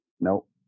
nope